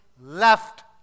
left